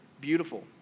beautiful